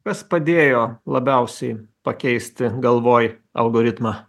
kas padėjo labiausiai pakeisti galvoj algoritmą